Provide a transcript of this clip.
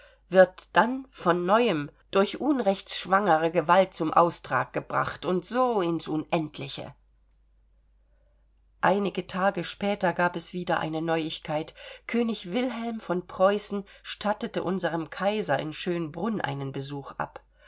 wird dann von neuem durch unrechtsschwangere gewalt zum austrag gebracht und so ins unendliche einige tage später gab es wieder eine neuigkeit könig wilhelm von preußen stattete unserem kaiser in schönbrunn einen besuch ab